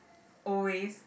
always